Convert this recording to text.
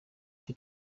die